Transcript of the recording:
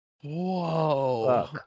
Whoa